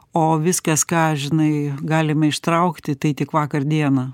o viskas ką žinai galima ištraukti tai tik vakar dieną